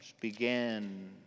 began